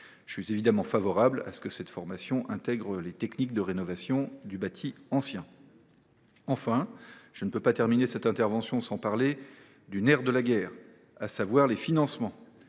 Je suis évidemment favorable à ce que cette formation intègre les techniques de rénovation du bâti ancien. Je ne puis terminer cette intervention sans évoquer le nerf de la guerre, à savoir les financements.